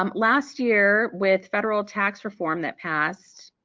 um last year with federal tax reform that passed,